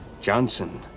Johnson